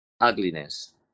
ugliness